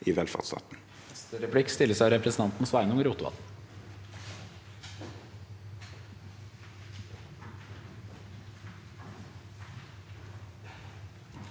i velferdsstaten.